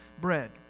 bread